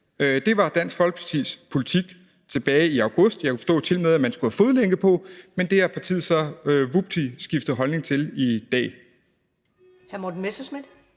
Det var Dansk Folkepartis politik tilbage i august. Jeg kunne forstå, at man tilmed skulle have fodlænke på, men det har partiet så – vupti – skiftet holdning til i dag.